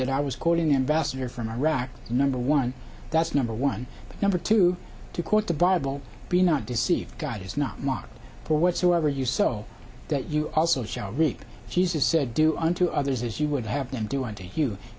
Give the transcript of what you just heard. that i was quoting invested here from iraq number one that's number one number two to quote the bible be not deceived god is not mocked for whatsoever you so that you also shall reap jesus said do unto others as you would have them do unto you you